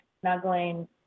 snuggling